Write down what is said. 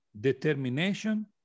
determination